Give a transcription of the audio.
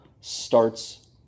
starts